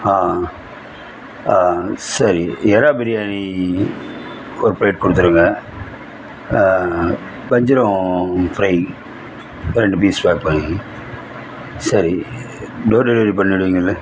சரி இறா பிரியாணி ஒரு பிளேட் கொடுத்துடுங்க வஞ்சரம் ஃப்ரை ரெண்டு பீஸ் ஆட் பண்ணிக்கோங்க சரி டோர் டெலிவரி பண்ணிவிடுவீங்கள்ல